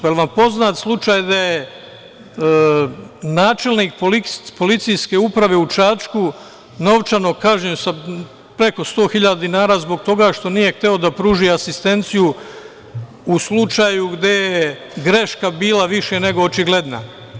Pa, jel vam poznat slučaj da je načelnik policijske uprave u Čačku novčano kažnjen sa preko 100.000 dinara zbog toga što nije hteo da pruži asistenciju u slučaju gde je greška bila više nego očigledna?